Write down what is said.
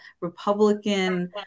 Republican